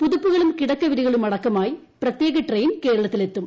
പുതപ്പുകളും കിടക്കവിരികളുമടക്കമുള്ളവയുമായി പ്രത്യേക ട്രെയിൻ കേരളത്തിലെത്തും